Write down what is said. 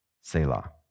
Selah